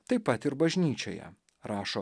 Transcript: taip pat ir bažnyčioje rašo